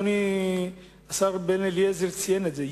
אדוני השר בן-אליעזר ציין את זה,